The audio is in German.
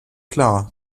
klar